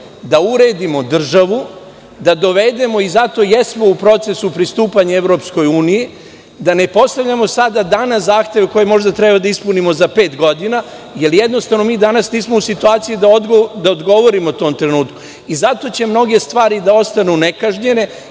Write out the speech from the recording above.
da uredimo državu i zato i jesmo u procesu pristupanja EU, da ne postavljamo danas zahteve koje možda treba da ispunimo za pet godina, jer jednostavno, mi danas nismo u situaciji da odgovorimo tom trenutku. Zato će mnoge stvari da ostanu nekažnjene